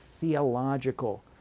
theological